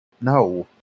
No